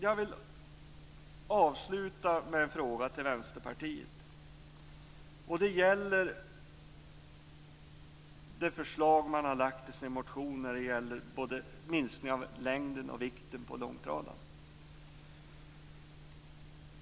Jag vill avsluta med en fråga till Vänsterpartiet, och den gäller det förslag man har lagt fram i sin motion när det gäller minskning av både längden och vikten på långtradare.